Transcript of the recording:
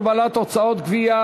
הגבלת הוצאות גבייה,